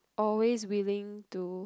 always willing to